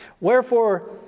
Wherefore